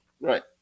Right